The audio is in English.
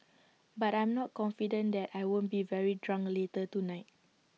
but I'm not confident that I won't be very drunk later tonight